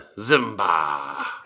Zimba